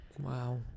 Wow